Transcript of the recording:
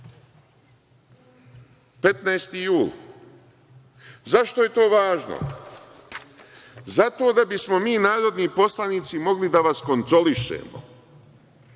15. jul.Zašto je to važno? Zato da bismo mi, narodni poslanici, mogli da vas kontrolišemo,